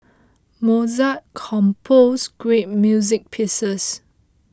Mozart composed great music pieces